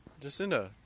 Jacinda